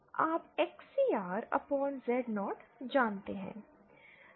तो आप XCR Z0 जानते हैं